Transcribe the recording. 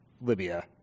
Libya